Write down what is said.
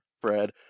Fred